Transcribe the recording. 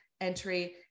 entry